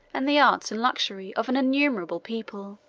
and the arts and luxury of an innumerable people.